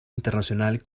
internacional